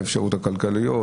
האפשרויות הכלכליות,